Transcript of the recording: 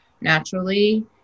naturally